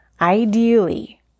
Ideally